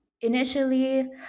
Initially